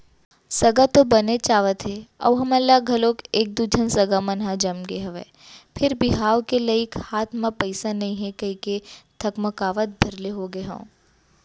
सगा तो बनेच आवथे अउ हमन ल घलौ एक दू झन सगा मन ह जमगे हवय फेर बिहाव के लइक हाथ म पइसा नइ हे कहिके धकमकावत भर ले होगे हंव